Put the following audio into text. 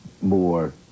more